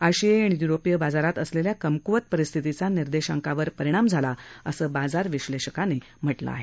आशियाई आणि युरोपीय बाजारात असलेल्या कमकवत परिस्थितीचा निर्देशांकांवर परिणाम झाला असं बाजार विश्लेषकांनी म्हटलं आहे